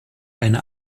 eine